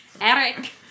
Eric